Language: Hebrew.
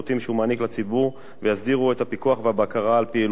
מעניק לציבור ויסדירו את הפיקוח והבקרה על פעילותו.